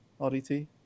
RDT